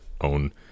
own